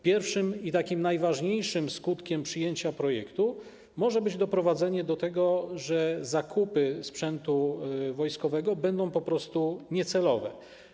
Pierwszym i najważniejszym skutkiem przyjęcia projektu może być doprowadzenie do tego, że zakupy sprzętu wojskowego będą niecelowe.